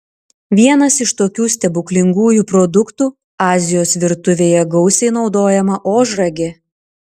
vienas iš tokių stebuklingųjų produktų azijos virtuvėje gausiai naudojama ožragė